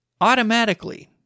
automatically